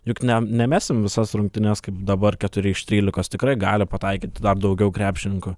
juk ne nemesim visas rungtynes kaip dabar keturi iš trylikos tikrai gali pataikyti dar daugiau krepšininkų